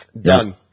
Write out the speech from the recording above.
Done